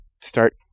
start